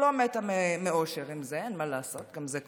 לא מתה מאושר מזה, אין מה לעשות, גם זה קורה,